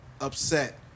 upset